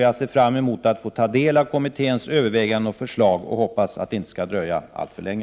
Jag ser fram emot att få ta del av kommitténs överväganden och förslag, och jag hoppas att de inte skall dröja allför länge.